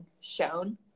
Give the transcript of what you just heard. shown